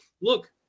look